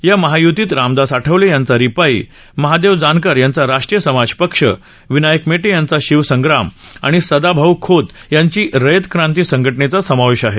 या महायुतीत रामदास आठवले यांचा रिपाई महादेव जानकर यांचा राष्ट्रीय समाज पक्ष विनायक मेटे यांचा शिवसंग्राम आणि सदाभाऊ खोत यांच्या रयत क्रांती संघटनेचा समावेश आहे